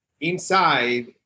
inside